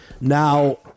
Now